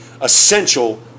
essential